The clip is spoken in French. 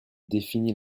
définit